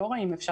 סגל,